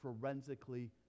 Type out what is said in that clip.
forensically